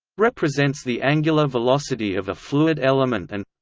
represents the angular velocity of a fluid element and